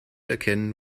erkennen